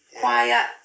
quiet